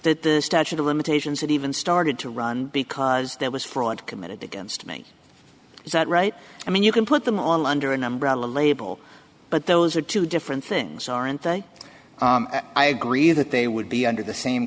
that the statute of limitations had even started to run because there was fraud committed against me is that right i mean you can put them on wonder an umbrella label but those are two different things aren't they i agree that they would be under the same